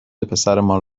پسرمان